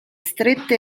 strette